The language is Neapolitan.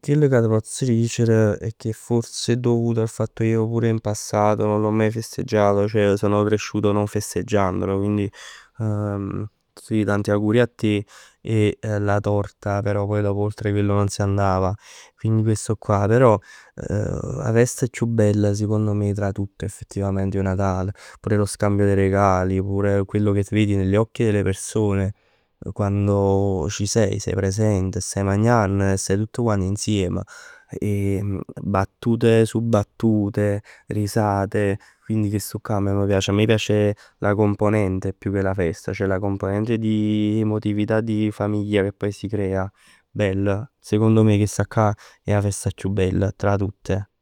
chell ca t' pozz dicere è che forse è dovuto al fatto che io pure in passato non l'ho mai festeggiato. Ceh sono cresciuto non festeggiandolo, quindi sì tanti auguri a te e la torta però poi dopo oltre quello non si andava. Quindi questo qua. Però 'a festa chiù bella sicond me tra tutte effettivament è 'o Natal. Pure lo scambio dei regali, oppure quello che vedi negli occhi delle persone quando ci sei, sei presente. Staj magnann e stat tutt quant insieme. Battute su battute, risate, quindi chest'ccà a me m' piace. A me m' piace la componente più che la festa. Mi piace la componente di emotività e di famiglia che poi si crea. Bell. Secondo me chesta'ccà è 'a festa chiù bella tra tutte.